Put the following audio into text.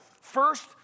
First